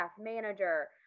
manager